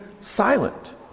silent